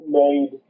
made